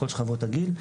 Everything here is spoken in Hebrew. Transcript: לכל שכבות הגיל,